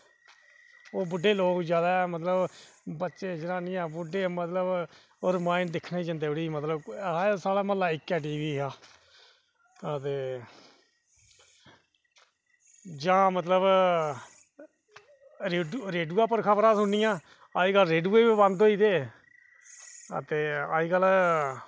ओह् बुड्ढे लोग जादै मतलब बच्चे जनानियां बुड्ढे मतलब ओह् रामायण दिक्खनै गी जंदे उठी हे ऐहा साढ़े म्हल्लै मतलब इक्कै टीवी हा आं ते जां मतलब रेडियो पर खबरां सुननियां अज्जकल रेडियो बी बंद होई गेदे ते अज्जकल